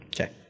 Okay